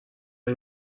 این